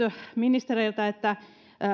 ministereiltä